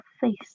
face